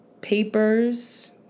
papers